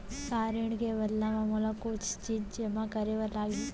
का ऋण के बदला म मोला कुछ चीज जेमा करे बर लागही?